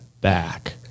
Back